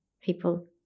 people